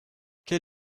quel